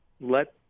let